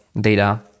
data